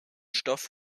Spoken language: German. stoff